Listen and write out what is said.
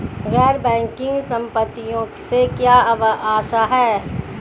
गैर बैंकिंग संपत्तियों से क्या आशय है?